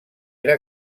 era